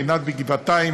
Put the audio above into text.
עינת מגבעתיים,